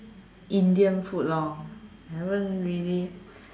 Indian food lor haven't really